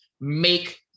make